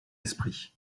esprit